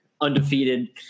undefeated